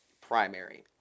primary